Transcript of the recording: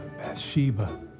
Bathsheba